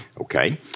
Okay